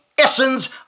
essence